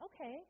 Okay